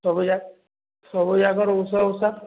ସବୁ ସବୁ ଯାକର ଉଷ ଉଷା